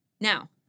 Now